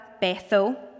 Bethel